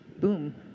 Boom